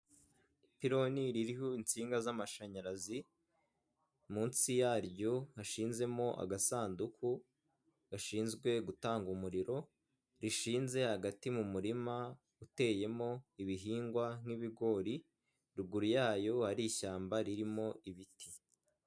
Ipironi ririho insinga z'amashanyarazi munsi yaryo hashinzemo agasanduku gashinzwe gutanga umuriro rishinze hagati mu murima uteyemo ibihingwa nk'ibigori ruguru yayo hari ishyamba ririmo ibiti.